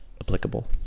applicable